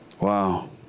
Wow